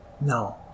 No